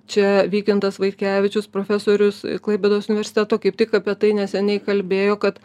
čia vykintas vaitkevičius profesorius klaipėdos universiteto kaip tik apie tai neseniai kalbėjo kad